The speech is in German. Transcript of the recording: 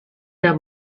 der